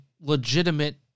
legitimate